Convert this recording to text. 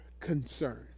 concern